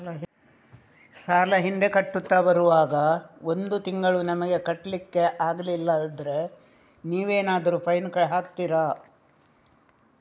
ಸಾಲ ಹಿಂದೆ ಕಟ್ಟುತ್ತಾ ಬರುವಾಗ ಒಂದು ತಿಂಗಳು ನಮಗೆ ಕಟ್ಲಿಕ್ಕೆ ಅಗ್ಲಿಲ್ಲಾದ್ರೆ ನೀವೇನಾದರೂ ಫೈನ್ ಹಾಕ್ತೀರಾ?